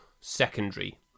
secondary